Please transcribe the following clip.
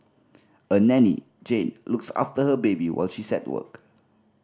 a nanny Jane looks after her baby while she's at work